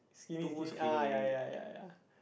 skinny skinny ah ya ya ya ya